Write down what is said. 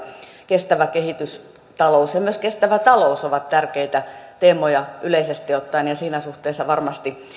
kestävä kehitys ja myös kestävä talous ovat tärkeitä teemoja yleisesti ottaen siinä suhteessa varmasti